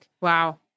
Wow